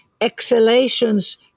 exhalations